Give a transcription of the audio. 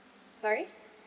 sorry